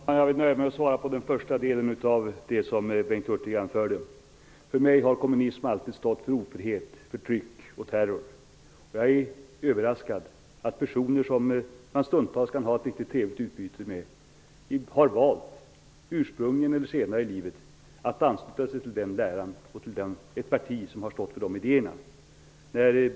Herr talman! Jag vill nöja mig med att kommentera den första delen av det som Bengt Hurtig anförde. För mig har kommunism alltid stått för ofrihet, förtryck och terror. Jag är överraskad över att personer som man stundtals kan ha ett riktigt trevligt utbyte med har valt -- ursprungligen eller senare i livet -- att ansluta sig till den läran och till ett parti som har stått för de idéerna.